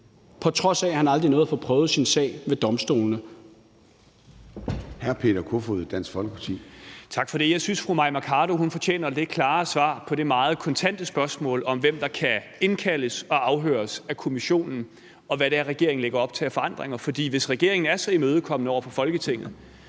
på trods af at han aldrig nåede at få prøvet sin sag ved domstolene.